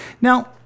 Now